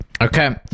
Okay